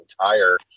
entire